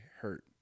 hurt